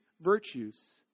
virtues